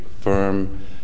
firm